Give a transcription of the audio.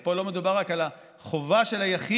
הרי פה לא מדובר רק על החובה של היחיד,